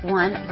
one